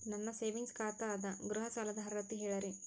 ನನ್ನ ಸೇವಿಂಗ್ಸ್ ಖಾತಾ ಅದ, ಗೃಹ ಸಾಲದ ಅರ್ಹತಿ ಹೇಳರಿ?